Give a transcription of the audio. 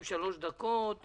אני